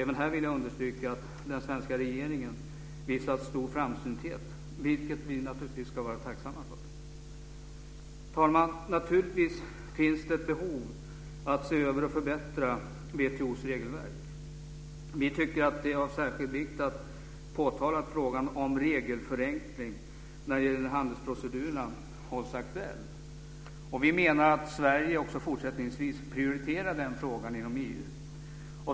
Även här vill jag understryka att den svenska regeringen visat stor framsynthet, vilket vi naturligtvis ska vara tacksamma för. Herr talman! Naturligtvis finns det ett behov av att se över och förbättra WTO:s regelverk. Vi tycker att det är av särskild vikt att påtala att frågan om regelförenkling när det gäller handelsprocedurerna hålls aktuell. Vi menar att Sverige också fortsättningsvis prioriterar den frågan inom EU.